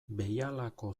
behialako